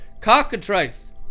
Cockatrice